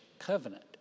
covenant